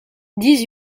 dix